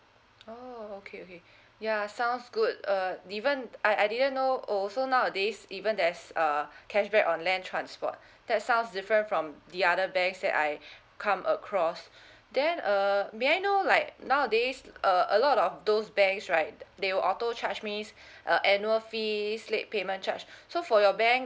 oh okay okay ya sounds good uh even I I didn't know oh so nowadays even there's uh cashback on land transport that sounds different from the other banks that I come across then err may I know like nowadays uh a lot of those banks right they will auto charge me uh annual fees late payment charge so for your bank